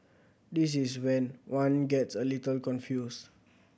this is when one gets a little confused